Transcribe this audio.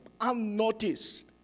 unnoticed